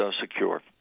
secure